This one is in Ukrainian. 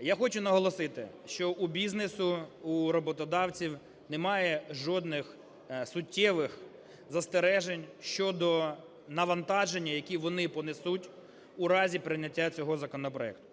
Я хочу наголосити, що у бізнесу, у роботодавців немає жодних суттєвих застережень щодо навантажень, які вони понесуть у разі прийняття цього законопроекту.